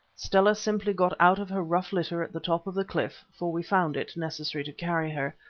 stella simply got out of her rough litter at the top of the cliff, for we found it necessary to carry her,